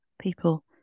people